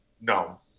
no